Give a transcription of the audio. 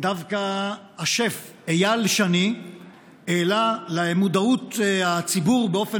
דווקא השף אייל שני העלה למודעות הציבור באופן